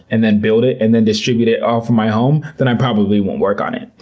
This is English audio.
and then build it, and then distribute it all from my home, then i probably won't work on it.